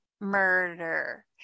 murder